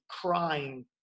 crying